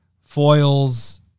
foils